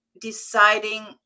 deciding